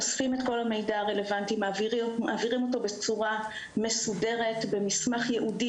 אוספים את כל המידע הרלוונטי ומעבירים אותו בצורה מסודרת במסמך ייעודי